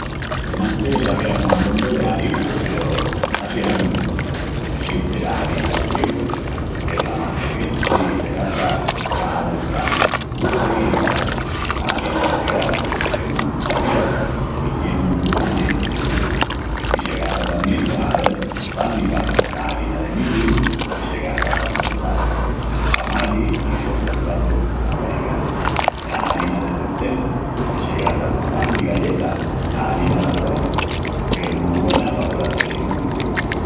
Enantis sabiamus abondu de harinas peru á si hagu memoria... Essesti la harina de trigu, qu'es la más corrienti i se gasta pa hazel pan, ducis i pasta. La harina integral, qu'es más nutritiva i tien un gustu más intesu i se gasta tamién pa hazel pan i pasta; la harina de millu, que se gasta pa tortas, tamalis i sotrus pratus almericanus; la harina de centenu, que se gasta pa pan i galletas; la harina d'arrós, qu'es mu gúena pa pratus sin glutin...